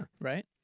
Right